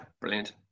brilliant